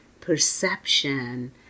perception